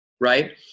right